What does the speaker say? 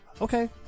okay